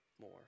more